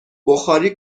بخاری